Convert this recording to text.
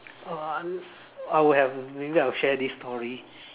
uh I would have maybe I'll share this story